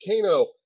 Kano